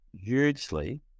hugely